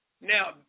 Now